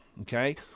okay